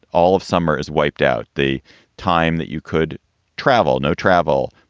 all of summer is wiped out, the time that you could travel, no travel,